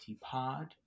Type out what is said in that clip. pod